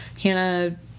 Hannah